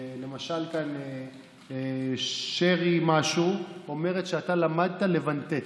למשל, שרי משהו אומרת שאתה למדת לבנטט.